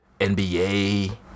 nba